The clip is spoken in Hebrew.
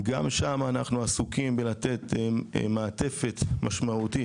גם שם אנחנו עסוקים בלתת מעטפת משמעותית,